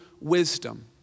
wisdom